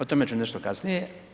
O tome ću nešto kasnije.